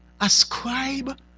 Ascribe